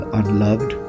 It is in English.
unloved